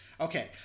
Okay